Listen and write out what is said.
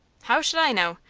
how should i know?